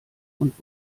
und